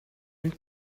and